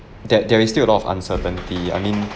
that there is still a lot of uncertainty I mean